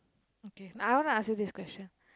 okay I wanna ask you this question